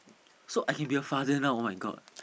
so I can be a father now [oh]-my-god